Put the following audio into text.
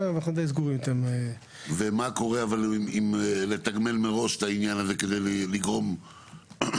מה קורה עם לתגמל מראש את העניין הזה כדי לגרום ---?